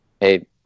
hey